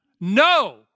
No